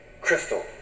crystal